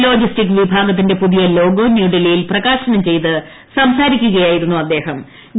logistic വിഭാഗത്തിന്റെ പുതിയ logo ന്യൂഡൽഹിയിൽ പ്രകാശനം ചെയ്ത് സംസാരിക്കുകയായിരുന്നു ശ്രീ സുരേഷ് പ്രഭു